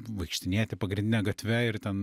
vaikštinėti pagrindine gatve ir ten